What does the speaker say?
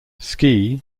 ski